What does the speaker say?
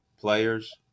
players